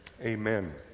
amen